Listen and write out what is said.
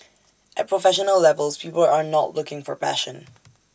at professional levels people are not looking for passion